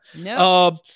No